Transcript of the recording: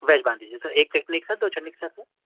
veg باندھ دیجیے sir ایک چٹنی کے ساتھ دو چٹنی کے ساتھ سر